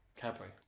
Cadbury